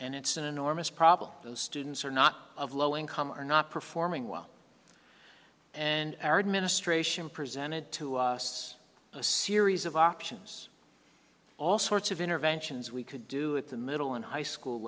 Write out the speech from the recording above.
and it's an enormous problem those students are not of low income are not performing well and arid ministration presented to us a series of options all sorts of interventions we could do at the middle and high school